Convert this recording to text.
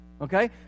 Okay